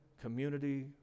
community